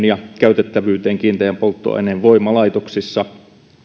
ja käytettävyyteen kiinteän polttoaineen voimalaitoksissa